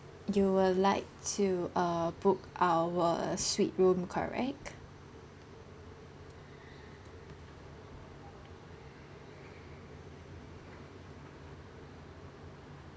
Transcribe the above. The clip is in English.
you'd like to uh book our suite room correct